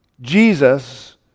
Jesus